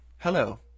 Hello